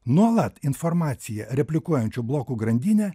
nuolat informacija replikuojančių blokų grandinė